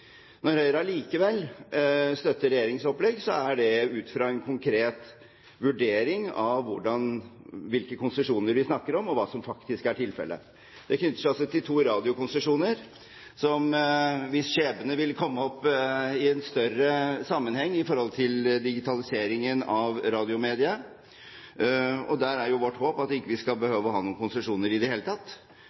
Når Høyre allikevel støtter regjeringens opplegg, er det ut fra en konkret vurdering av hvilke konsesjoner vi snakker om, og hva som faktisk er tilfellet. Det knytter seg altså til to radiokonsesjoner hvis skjebner vil komme opp i en større sammenheng i forhold til digitaliseringen av radiomediet, og der er jo vårt håp at vi ikke skal behøve å ha noen konsesjoner i det hele tatt.